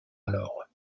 alors